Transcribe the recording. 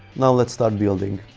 now let's start building!